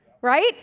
right